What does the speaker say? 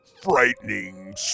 Frightening